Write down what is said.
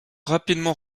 rapidement